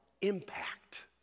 impact